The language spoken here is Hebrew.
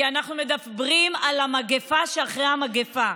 כי אנחנו מדברים על המגפה שאחרי המגפה.